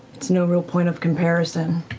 it's no real point of comparison,